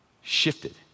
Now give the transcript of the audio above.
shifted